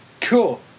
cool